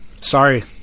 Sorry